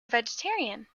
vegetarian